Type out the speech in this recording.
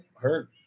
hurt